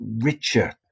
richer